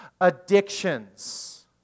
addictions